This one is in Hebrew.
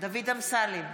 דוד אמסלם,